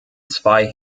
zwei